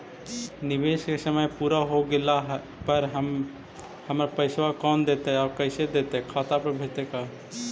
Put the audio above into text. निवेश के समय पुरा हो गेला पर हमर पैसबा कोन देतै और कैसे देतै खाता पर भेजतै का?